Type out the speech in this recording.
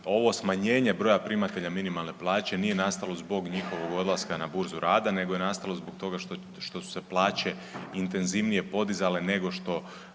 Ovo smanjenje broja primatelja minimalne plaće nije nastalo zbog njihovog odlaska na Burzu rada nego je nastalo zbog toga što su se plaće intenzivnije podizale nego što